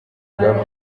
bwa